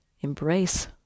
embrace